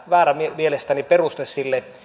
väärä peruste sille